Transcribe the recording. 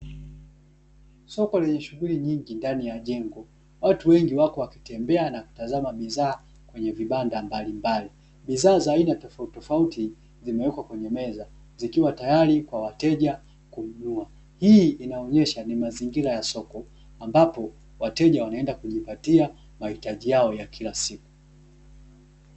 Soko lenye shughuli nyingi ndani ya jengo. Watu wengi wako wakitembea na kutazama bidhaa kwenye vibanda mbalimbali. Bidhaa za aina tofautitofauti zimewekwa kwenye meza zikiwa tayari kwa wateja kununua. Hii inaonyesha ni mazingira ya soko, ambapo wateja wanaenda kujipatia mahitaji yao ya kila siku.